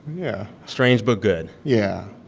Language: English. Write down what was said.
yeah strange but good yeah.